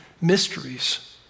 mysteries